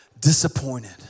disappointed